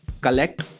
collect